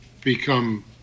become